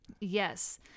Yes